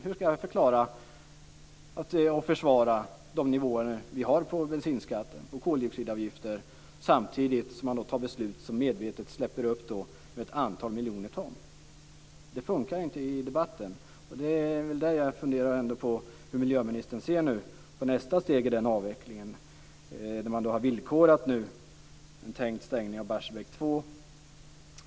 Hur ska jag kunna försvara nivåerna på bensinskatten och koldioxidavgifterna samtidigt som man fattar beslut som leder till utsläpp av ett antal miljoner ton? Den fungerar inte i debatten. Jag funderar nu på hur miljöministern ser på nästa steg i avvecklingen då man villkorat en tänkt stängning av Barsebäck 2.